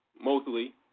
mostly